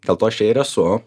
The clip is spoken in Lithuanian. dėl to aš čia ir esu